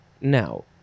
now